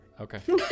Okay